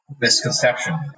misconception